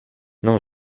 non